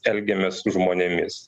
elgiamės su žmonėmis